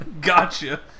gotcha